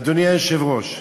אדוני היושב-ראש,